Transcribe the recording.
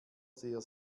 sehr